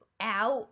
out